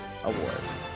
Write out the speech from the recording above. awards